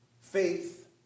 Faith